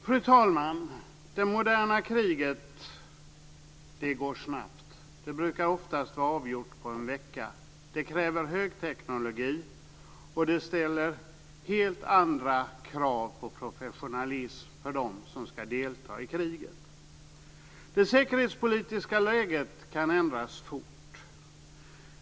Fru talman! Det moderna kriget går snabbt. Det brukar oftast vara avgjort på en vecka. Det kräver högteknologi, och det ställer helt andra krav på professionalism för dem som ska delta i kriget. Det säkerhetspolitiska läget kan ändras fort.